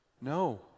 No